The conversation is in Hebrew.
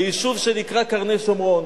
ביישוב שנקרא קרני-שומרון.